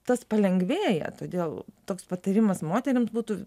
tas palengvėja todėl toks patarimas moterims būtų